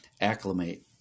acclimate